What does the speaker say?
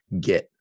get